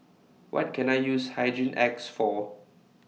What Can I use Hygin X For